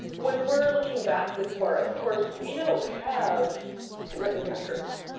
when we're looking back this far, of course, we don't have written records.